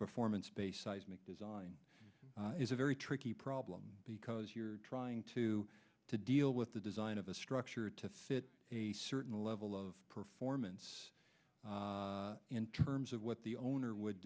performance based seismic design is a very tricky problem because you're trying to to deal with the design of a structure to fit a certain level of performance in terms of what the owner would